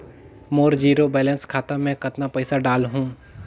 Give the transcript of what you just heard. मोर zero balance खाता मे कतना पइसा डाल हूं?